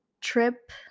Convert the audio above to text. trip